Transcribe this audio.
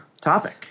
topic